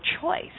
choice